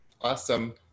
awesome